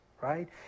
right